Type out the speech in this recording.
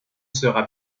sera